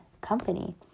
company